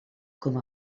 com